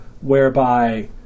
whereby